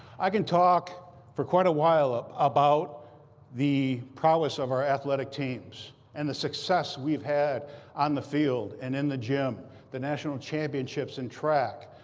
i can talk for quite a while up about the prowess of our athletic teams and the success we've had on the field and in the gym the national championships in track,